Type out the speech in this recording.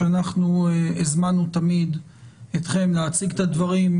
שאנחנו הזמנו תמיד אתכם להציג את הדברים,